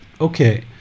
Okay